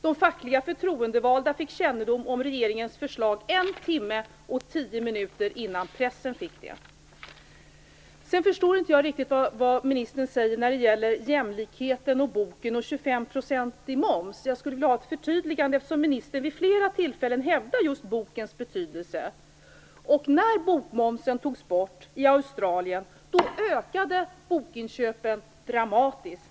De fackligt förtroendevalda fick kännedom om regeringens förslag en timme och tio minuter före pressen. Sedan förstår jag inte riktigt vad ministern säger när det gäller jämlikheten, boken och 25 % moms. Jag skulle vilja ha ett förtydligande, eftersom ministern vid flera tillfällen hävdar just bokens betydelse. När bokmomsen togs bort i Australien, ökade bokinköpen dramatiskt.